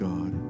God